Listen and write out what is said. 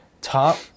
top